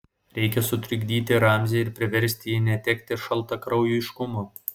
reikia sutrikdyti ramzį ir priversti jį netekti šaltakraujiškumo